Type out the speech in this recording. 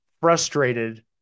frustrated